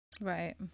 Right